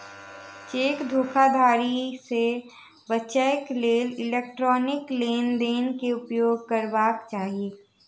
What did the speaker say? cheque धोखाधड़ी से बचैक लेल इलेक्ट्रॉनिक लेन देन के उपयोग करबाक चाही